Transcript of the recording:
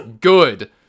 good